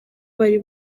bari